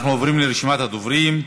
אנחנו עוברים לרשימת הדוברים.